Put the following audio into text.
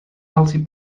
healthy